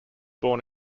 born